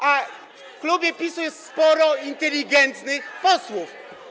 a w klubie PiS-u jest sporo inteligentnych posłów.